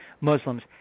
Muslims